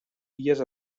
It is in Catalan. illes